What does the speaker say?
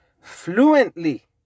fluently